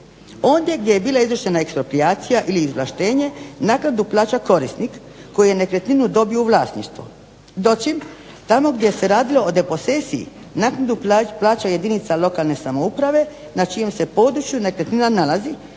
Ondje gdje je bila izvršena eksproprijacija ili izvlaštenje naknadu plaća korisnik koji je nekretninu dobio u vlasništvo. Dočim tamo gdje se radilo o deposesiji naknadu plaća jedinica lokalne samouprave na čijem se području nekretnina nalazi